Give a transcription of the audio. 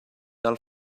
del